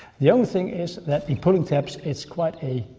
the only thing is that the pulling tabs, it's quite a,